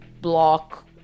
block